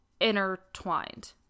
intertwined